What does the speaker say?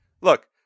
look